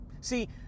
See